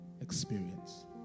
Experience